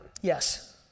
Yes